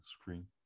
screen